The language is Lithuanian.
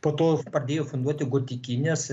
po to pradėjo funduoti gotikines